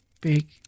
big